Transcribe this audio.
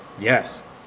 Yes